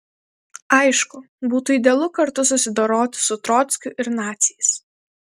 aišku būtų idealu kartu susidoroti su trockiu ir naciais